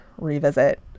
revisit